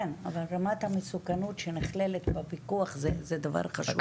כן, אבל רמת המסוכנות שנכללת בפיקוח זה דבר חשוב.